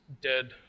dead